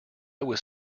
was